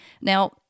Now